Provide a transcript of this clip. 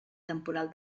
temporal